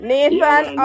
Nathan